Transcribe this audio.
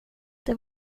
det